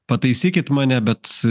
pataisykit mane bet